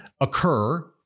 occur